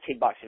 kickboxing